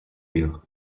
wir